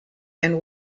and